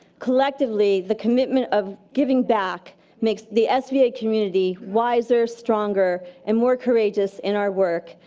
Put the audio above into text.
collectively, the commitment of giving back makes the sva community wiser, stronger, and more courageous in our work,